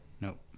Nope